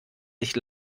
sich